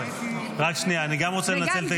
רק שנייה, גם אני רוצה לנצל את ההזדמנות.